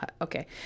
Okay